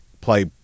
play